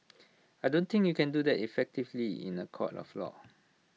I don't think you can do that effectively in A court of law